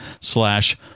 slash